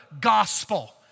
gospel